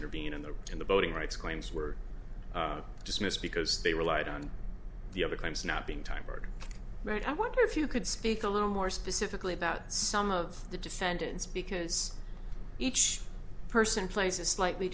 intervene in the in the voting rights claims were dismissed because they relied on the other claims not being time heard right i wonder if you could speak a little more specifically about some of the defendants because each person plays a slightly